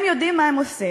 הם יודעים מה הם עושים.